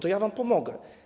To ja wam pomogę.